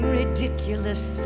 ridiculous